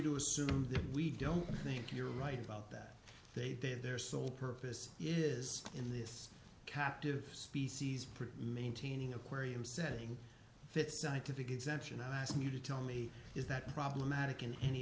to assume that we don't think you're right about that they did their sole purpose is in this captive species pretty maintaining aquarium sending that scientific exemption i ask you to tell me is that problematic in any